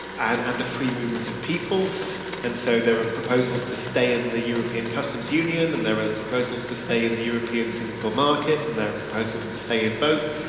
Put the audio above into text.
and and the free movement of people and so there are proposals to stay in the european customs union, and there was proposals to stay in the european single market. and there are proposals to stay in both,